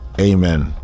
Amen